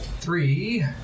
Three